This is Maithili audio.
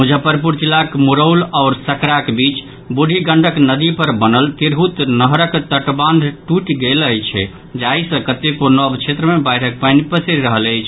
मुजफ्फरपुर जिलाक मुरौल आओर सकराक बीच ब्रुढ़ी गंडक नदी पर बनल तिरहुत नहरक तटबान्ह ट्रटि गेल अछि जाहि सँ कतेको नव क्षेत्र मे बाढ़िक पानि पसरि रहल अछि